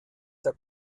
der